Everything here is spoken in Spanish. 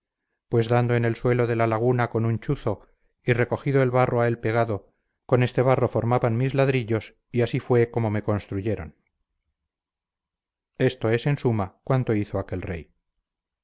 pues dando en el suelo de la laguna con un chuzo y recogido el barro a él pegado con este barro formaban mis ladrillos y así fue como me construyeron esto es en suma cuanto hizo aquel rey